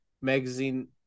magazine